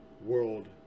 world